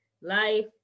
life